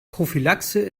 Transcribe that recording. prophylaxe